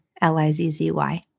L-I-Z-Z-Y